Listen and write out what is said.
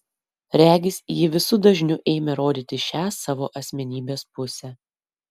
regis ji visu dažniu ėmė rodyti šią savo asmenybės pusę